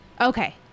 Okay